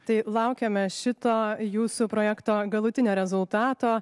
tai laukiame šito jūsų projekto galutinio rezultato